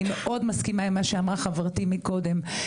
אני מאוד מסכימה עם מה שאמרה חברתי מקודם,